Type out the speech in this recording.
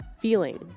feeling